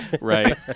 Right